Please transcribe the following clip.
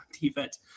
defense